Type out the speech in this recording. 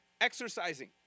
exercising